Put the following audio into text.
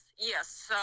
yes